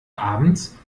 abends